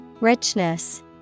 Richness